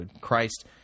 Christ